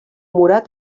morat